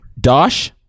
Dosh